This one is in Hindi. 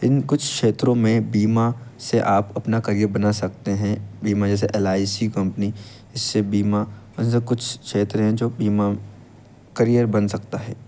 इन कुछ क्षेत्रों में बीमा से आप अपना करियर बना सकते हैं बीमा जैसे एल आई सी कंपनी इससे बीमा ऐसे कुछ क्षेत्र हैं जो बीमा करियर बन सकता है